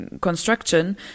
construction